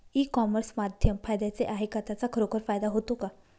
E commerce माध्यम फायद्याचे आहे का? त्याचा खरोखर फायदा होतो का?